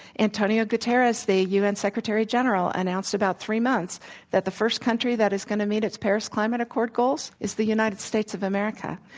antonio guterres, the u. n. secretary general, announced about three months that the first country that it's going to meet its paris climate accord goals is the united states of america,